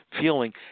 feeling